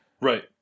Right